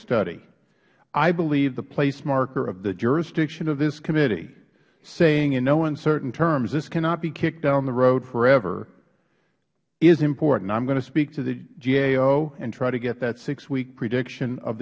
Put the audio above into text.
believe the place marker of the jurisdiction of this committee saying in no uncertain terms this cannot be kicked down the road forever is important i am going to speak to the gao and try to get that six week prediction of